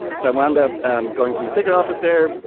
so i wound up um going from the ticket office there,